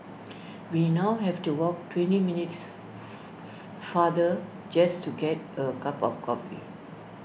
we now have to walk twenty minutes farther just to get A cup of coffee